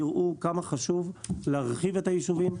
תראו כמה חשוב להרחיב את היישובים,